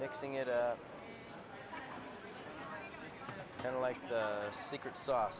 mixing it up kind of like the secret sauce